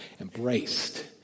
embraced